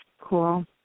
Cool